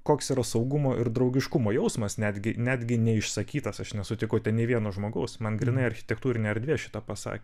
koks yra saugumo ir draugiškumo jausmas netgi netgi neišsakytas aš nesutikau ten nė vieno žmogaus man grynai architektūrinė erdvė šitą pasakė